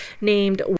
named